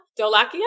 Dolakia